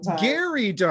Gary